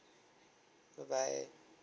bye bye